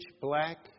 black